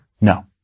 no